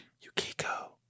yukiko